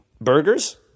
burgers